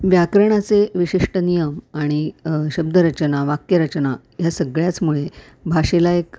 व्याकरणाचे विशिष्ट नियम आणि शब्दरचना वाक्यरचना ह्या सगळ्याचमुळे भाषेला एक